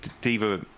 Diva